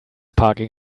parking